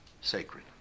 sacred